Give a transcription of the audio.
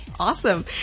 awesome